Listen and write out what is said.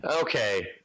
Okay